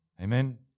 Amen